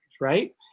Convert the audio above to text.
right